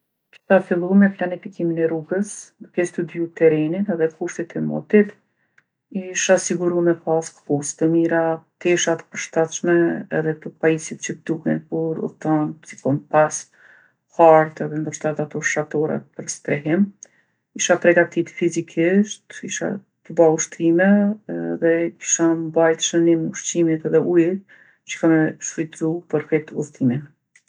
Kisha fillu me planifikim e rrugës, duke e studiju terrenin edhe kushtet e motit. Isha siguru me pasë kpucë të mira, tesha t'përshtatshme edhe kto pajisjet që t'duhen kur udhton, si kompas, hartë edhe ndoshta edhe ato shatorat për strehim. Isha pregaditë fizikisht to bo ushtrime edhe kisha mbajt shënim ushqimit edhe ujit që kom me shfrytzu për krejt udhtimin.